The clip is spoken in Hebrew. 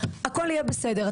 הכל יהיה בסדר,